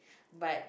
but